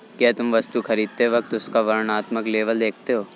क्या तुम वस्तु खरीदते वक्त उसका वर्णात्मक लेबल देखते हो?